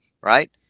right